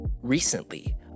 Recently